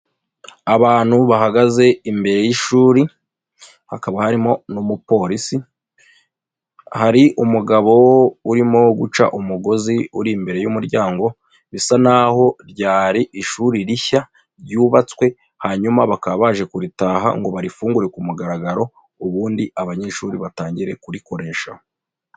Abantu bahagaze imbere y'ishuri hakaba harimo n'umupolisi, hari umugabo urimo guca umugozi uri imbere y'umuryango, bisa n'aho ryari ishuri rishya ryubatswe, hanyuma bakaba baje kuritaha ngo barifungure ku mugaragaro, ubundi abanyeshuri batangire kurikoresha.